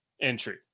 entry